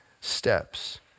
steps